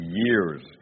years